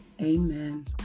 amen